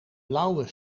blauwe